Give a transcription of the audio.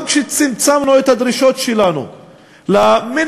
גם כשצמצמנו את הדרישות שלנו למינימום,